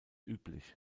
üblich